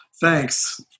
Thanks